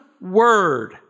word